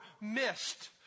missed